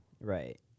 Right